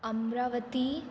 Amravati